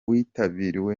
witabiriwe